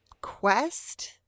quest